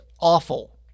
awful